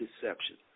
deception